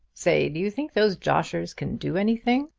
say, do you think those joshers can do anything?